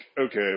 okay